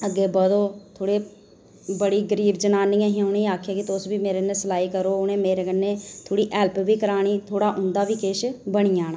अग्गें बधो थोह्ड़े बड़ी गरीब जनानियां हियां उ'नेंगी आखेआ कि मेरे कन्नै सिलाई करो थोह्ड़ी हैल्प बी करानी ते थोह्ड़ा उं'दा बी किश बनी जाना